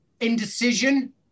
indecision